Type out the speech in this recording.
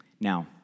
Now